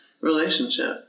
relationship